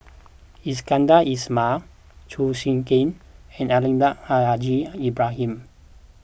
Iskandar Ismail Chew Swee Kee and Almahdi Al Haj Ibrahim